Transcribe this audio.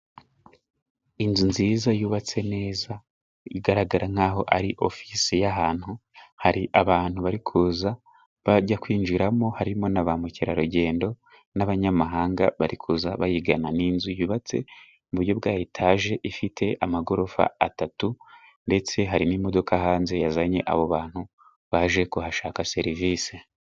Inzu nziza yubatse neza, igaragara nkaho ari ofise y'ahantu, hari abantu bari kuza bajya kwinjiramo, harimo na ba mukerarugendo, n'abanyamahanga bari kuza bayigana. Ni inzu yubatse mu buryo bwa Etaje, ifite amagorofa atatu, ndetse hari n'imodoka hanze yazanye abo bantu, baje kuhashaka serivisi.